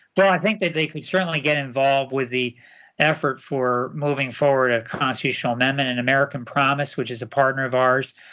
well i think that they could certainly get involved with the effort for moving forward a constitutional amendment. an american promise, which is a partner of ours,